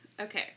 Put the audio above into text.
okay